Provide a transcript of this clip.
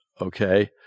Okay